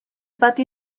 patio